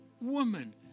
woman